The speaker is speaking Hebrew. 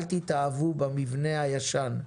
אל תתאהבו במבנה הישן.